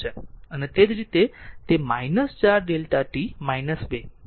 અને તે જ રીતે તે છે 4 Δ t 2